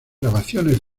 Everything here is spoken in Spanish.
grabaciones